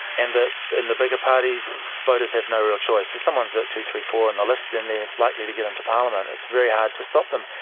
and that in the bigger parties voters have no real choice. so if someone is at two, three, four in the list, then they are likely to get into parliament. it's very hard to stop them.